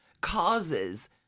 causes